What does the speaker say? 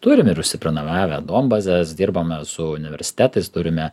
turim ir užsiprenumeravę duombazes dirbame su universitetais turime